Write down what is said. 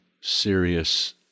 serious